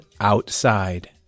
outside